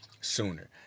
sooner